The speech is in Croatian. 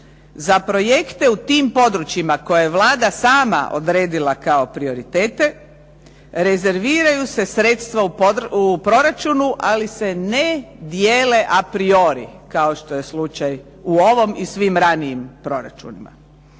za projekte u tim područjima koje Vlada sama odredila kao prioritete rezerviraju se sredstva u proračunu, ali se ne dijele a priori, kao što je slučaj u ovom i svim ranijim proračunima.